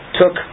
took